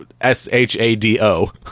s-h-a-d-o